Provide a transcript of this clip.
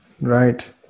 Right